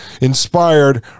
inspired